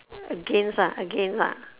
against lah against lah